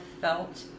felt